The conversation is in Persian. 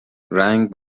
رنگ